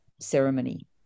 ceremony